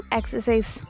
exercise